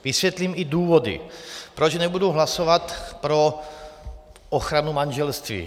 Vysvětlím i důvody, proč nebudu hlasovat pro ochranu manželství.